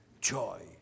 Joy